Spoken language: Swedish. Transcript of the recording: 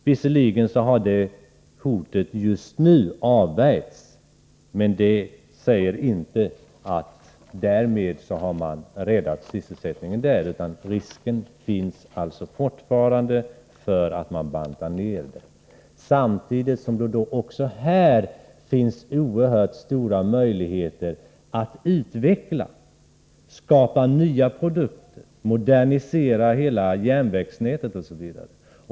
Visserligen har detta hot just nu avvärjts, men därmed inte sagt att man räddat sysselsättningen. Risk finns fortfarande för att man bantar ner verksamheten, samtidigt som det också här finns oerhört stora möjligheter att utveckla och skapa nya produkter, modernisera hela järnvägsnätet osv.